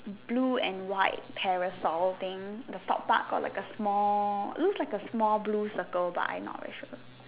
blue and white parasol thing the top part got like a small looks like a small blue circle but I not very sure